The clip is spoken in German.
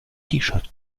shirt